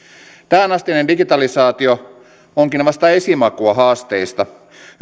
tähänastinen digitalisaatio onkin vasta esimakua haasteista